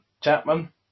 Chapman